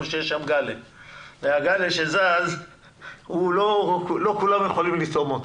שיש שם גלש ולא כולם יכולים לטעום אותו.